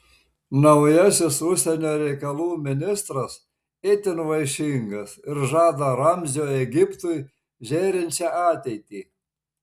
naujasis užsienio reikalų ministras itin vaišingas ir žada ramzio egiptui žėrinčią ateitį